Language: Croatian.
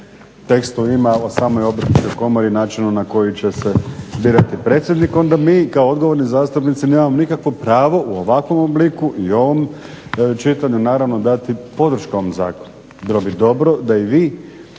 tekstu ima o samoj Obrtničkoj komori i načinu na koji će se birati predsjednik, onda mi kao odgovorni zastupnici nemamo nikakvo pravo u ovakvom obliku i ovom čitanju naravno dati podršku ovom zakonu. Bilo bi dobro da i vi